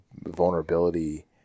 vulnerability